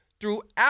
throughout